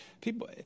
people